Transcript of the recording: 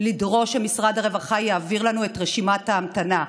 שמשרד הרווחה יעביר לנו את רשימת ההמתנה.